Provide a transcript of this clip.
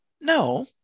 no